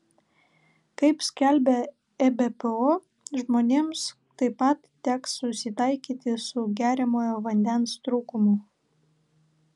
kaip skelbia ebpo žmonėms taip pat teks susitaikyti su geriamojo vandens trūkumu